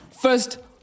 first